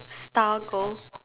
star goal